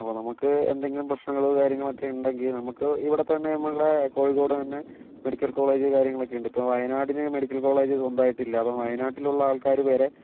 അപ്പോൾ നമുക്ക് എന്തെങ്കിലും പ്രശ്നങ്ങൾ കാര്യങ്ങളൊക്കെയുണ്ടെങ്കിൽ നമുക്ക് ഇവടെത്തന്നെ നമ്മളുടെ കോഴിക്കോട് തന്നെ മെഡിക്കൽ കോളേജ് കാര്യങ്ങളൊക്കെയുണ്ട് ഇപ്പോൾ വയനാടിന് മെഡിക്കൽ കോളേജ് സ്വന്തമായിട്ടില്ല അപ്പോൾ വയനാട്ടിലുള്ളവർ വരെ